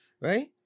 right